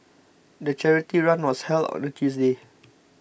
the charity run was held on a Tuesday